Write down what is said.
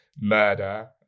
murder